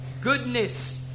goodness